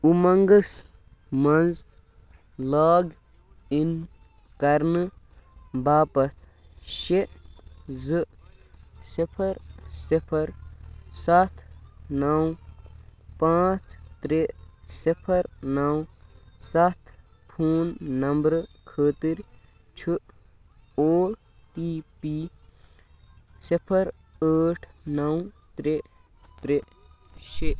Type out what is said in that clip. اُمنٛگس مَنٛز log in کرنہٕ باپتھ شیٚے زٕ صِفر صِفر سَتھ نو پانٛژھ ترٛےٚ صِفر نو سَتھ فون نمبرٕ خٲطٕر چھُ او ٹی پی صِفر ٲٹھ نو ترٛےٚ ترٛےٚ شیٚے